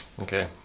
okay